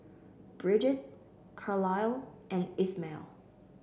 Brigid Carlyle and Ismael